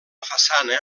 façana